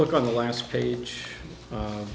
look on the last page